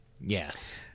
Yes